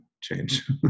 change